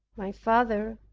my father,